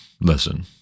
listen